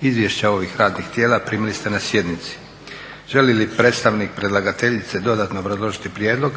Izvješća ovih radnih tijela primili ste na sjednici. Želi li predstavnik predlagateljice dodatno obrazložiti prijedlog?